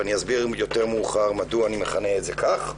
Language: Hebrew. ואני אסביר יותר מאוחר למה אני מכנה את זה כך.